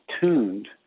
tuned